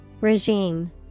Regime